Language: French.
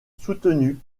soutenu